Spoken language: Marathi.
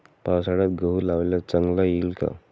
पावसाळ्यात गहू लावल्यास चांगला येईल का?